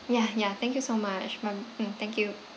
ya ya thank you so much by~ mm thank you